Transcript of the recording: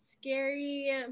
scary